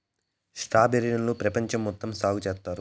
strawberry లను పెపంచం మొత్తం సాగు చేత్తారు